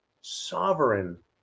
sovereign